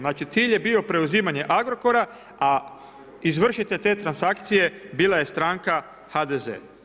Znači, cilj je bio preuzimanje Agrokora, a izvršitelj te transakcije bila je stranka HDZ.